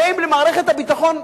הרי אם במערכת הביטחון,